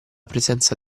presenza